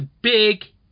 big